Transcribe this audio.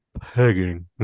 Pegging